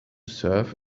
serve